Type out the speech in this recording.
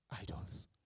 idols